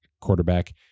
quarterback